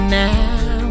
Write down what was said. now